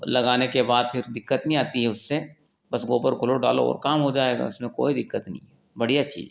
लगाने के बाद फिर दिक्कत नहीं आती है उससे बस गोबर घोलो डालो और काम हो जाएगा उसमें कोई दिक्कत नहीं बढ़िया चीज है